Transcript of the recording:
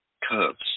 curves